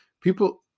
people